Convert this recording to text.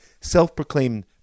self-proclaimed